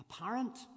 apparent